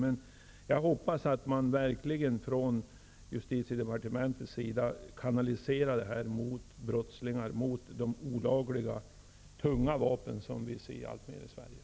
Jag hoppas i alla fall att man verkligen från justitiedepartementet kanaliserar åtgärderna mot brottslingarna, mot innehavare av sådana olagliga, tunga vapen som förekommer alltmer i Sverige.